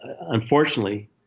unfortunately